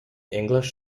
english